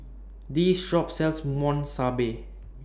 This Shop sells Monsunabe